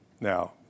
Now